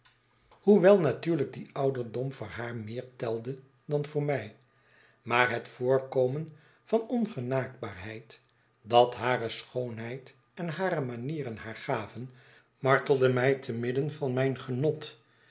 natuurlijk die ouderdom voor haar meer telde dan voor mij maar het voorkomen van ongenaakbaarheid dat hare schoonheid en hare manieren haar gaven martelde my te midden van mijn genot